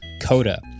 coda